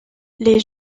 les